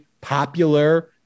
popular